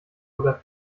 oder